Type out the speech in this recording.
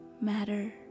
matter